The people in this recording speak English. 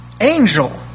angel